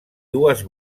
dues